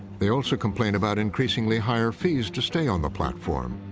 they also complain about increasingly higher fees to stay on the platform,